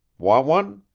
want one?